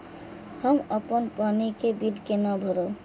हम अपन पानी के बिल केना भरब?